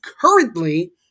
currently